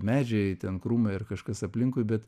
medžiai ten krūmai ar kažkas aplinkui bet